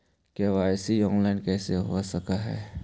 KYC online कैसे हो सक है?